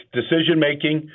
decision-making